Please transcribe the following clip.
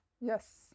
Yes